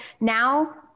now